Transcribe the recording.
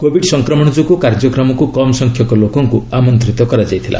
Covid ସଂକ୍ରମଣ ଯୋଗୁଁ କାର୍ଯ୍ୟକ୍ରମକୁ କମ୍ ସଂଖ୍ୟକ ଲୋକଙ୍କୁ ଆମନ୍ତିତ କରାଯାଇଥିଲା